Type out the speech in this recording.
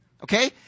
Okay